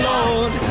Lord